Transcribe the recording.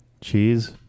Cheese